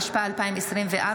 התשפ"ה 2024,